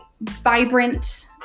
Vibrant